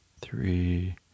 three